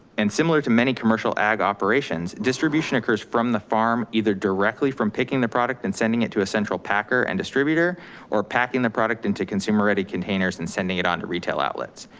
and similar to many commercial ag operations, distribution occurs from the farm either directly from picking the product and sending it to a central packer and distributor or packing the product into consumer ready containers and sending it on to retail outlets.